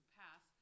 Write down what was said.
pass